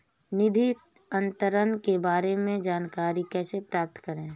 निधि अंतरण के बारे में जानकारी कैसे प्राप्त करें?